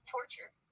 Torture